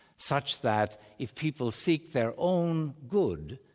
such that if people seek their own good,